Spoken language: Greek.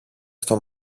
στο